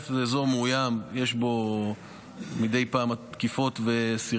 זה אזור מאוים, יש פה מדי פעם תקיפות וסירנות.